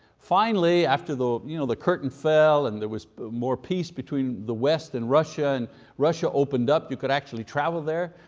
finally, after the you know the curtain fell and there was more peace between the west and russia, and russia opened up, you could actually travel there.